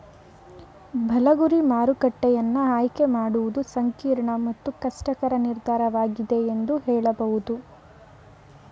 ಬಲ ಗುರಿ ಮಾರುಕಟ್ಟೆಯನ್ನ ಆಯ್ಕೆ ಮಾಡುವುದು ಸಂಕೀರ್ಣ ಮತ್ತು ಕಷ್ಟಕರ ನಿರ್ಧಾರವಾಗಿದೆ ಎಂದು ಹೇಳಬಹುದು